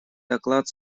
доклад